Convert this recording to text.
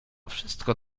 wszystko